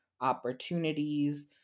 opportunities